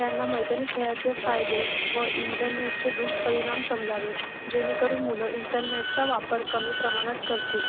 त्यांना मैदानी खेळाचे फायदे व इंटरनेटचे दुष्परिणाम समजावे जेणेकरून मुलं इंटरनेटचा वापर कमी प्रमाणात करतील